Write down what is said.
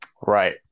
right